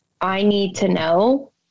I-need-to-know